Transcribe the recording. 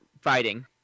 fighting